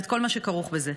את כל מה שכרוך בזה.